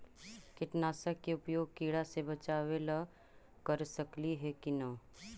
कीटनाशक के उपयोग किड़ा से बचाव ल कर सकली हे की न?